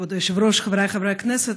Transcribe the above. כבוד היושב-ראש, חבריי חברי הכנסת,